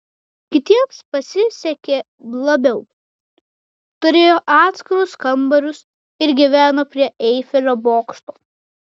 kitiems pasisekė labiau turėjo atskirus kambarius ir gyveno prie eifelio bokšto